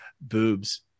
boobs